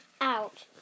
out